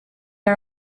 are